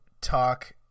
talk